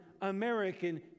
American